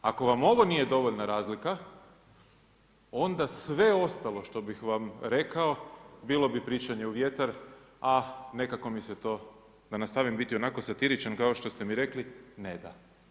Ako vam ovo nije dovoljna razlika, onda sve ostalo što bih vam rekao, bilo bi pričanje u vjetar a nekako mi se to, da nastavim biti onako satiričan kao što ste mi rekli, ne da.